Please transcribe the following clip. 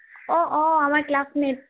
অ' আমাৰ ক্লাছমেট